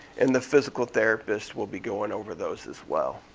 and the physical therapist will be going over those as well.